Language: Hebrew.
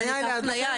את ההפניה.